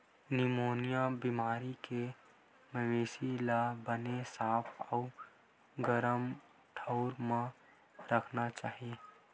pneumonia बेमारी के मवेशी ल बने साफ अउ गरम ठउर म राखना चाही